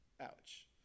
ouch